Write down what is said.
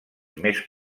més